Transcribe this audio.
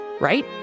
right